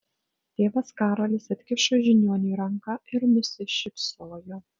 tėvas karolis atkišo žiniuoniui ranką ir nusišypsojo